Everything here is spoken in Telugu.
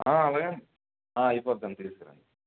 అలాగే అండి అయిపోద్దండి తీసుకురండి